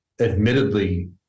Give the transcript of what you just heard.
admittedly